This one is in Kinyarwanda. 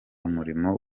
murimo